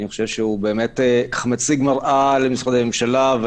ומציג מראה למשרדי הממשלה.